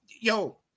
Yo